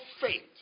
faith